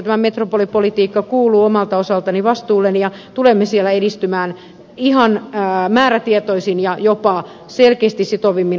tämä metropolipolitiikka kuuluu omalta osaltaan vastuulleni ja tulemme siellä edistymään ihan määrätietoisin ja jopa selkeästi sitovammin ottein